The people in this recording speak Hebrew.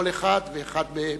לכל אחד ואחד מהם.